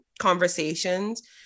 conversations